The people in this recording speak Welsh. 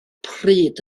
pryd